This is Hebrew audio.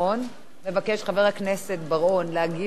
מבקש חבר הכנסת בר-און להגיב על ההודעה שנאמרה.